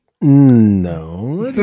No